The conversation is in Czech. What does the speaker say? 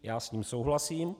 Já s ním souhlasím.